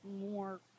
more